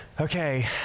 okay